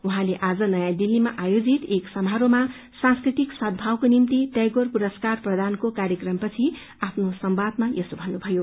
उहाँले आज नयाँ दिल्लीमा आयोजित एक समारोहमा सांस्कृतिक सदमावको निम्ति टैगोर पुरस्कार प्रदानको कार्यक्रमपछि आफ्नो संवादमा यसो भन्नुभयो